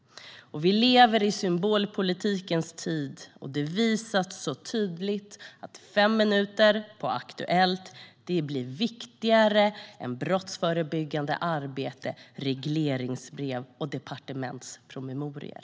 Vi lever i symbolpolitikens tid, och det visas så tydligt när fem minuter på Aktuellt blir viktigare än brottsförebyggande arbete, regleringsbrev och departementspromemorior.